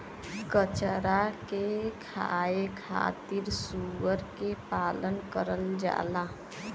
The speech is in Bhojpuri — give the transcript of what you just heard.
कचरा के खाए खातिर सूअर के पालन करल जाला